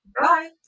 Bye